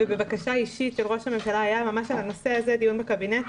היה על הנושא הזה דיון בקבינט,